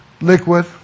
liquid